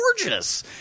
gorgeous